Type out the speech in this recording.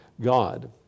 God